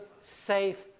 safe